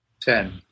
Ten